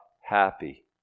happy